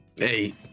Hey